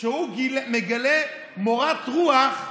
שהוא מגלה מורת רוח.